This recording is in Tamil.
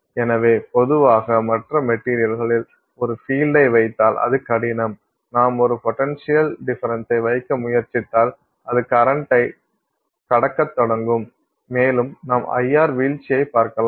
எனவே பொதுவாக மற்ற மெட்டீரியல்களில் ஒரு பீல்டை வைத்தால் அது கடினம் நாம் ஒரு பொட்டன்ஷியல் டிஃபரன்ஸ்ஸ்சை வைக்க முயற்சித்தால் அது கரண்டை கடக்கத் தொடங்கும் மேலும் நாம் IR வீழ்ச்சியைக் பார்க்கலாம்